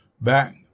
back